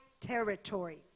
territory